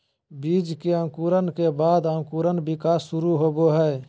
बीज के अंकुरण के बाद अंकुर विकास शुरू होबो हइ